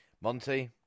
Monty